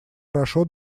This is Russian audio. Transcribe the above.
хорошо